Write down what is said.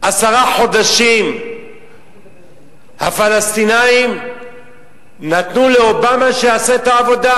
עשרה חודשים הפלסטינים נתנו לאובמה שיעשה את העבודה,